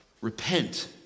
Repent